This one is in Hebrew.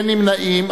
אין נמנעים.